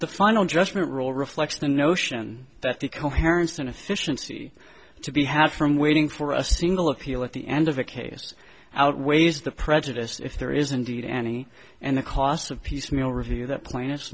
the final judgment rule reflects the notion that the coherence and efficiency to be had from waiting for a single appeal at the end of a case outweighs the prejudiced if there is indeed any and the costs of piecemeal review that plaint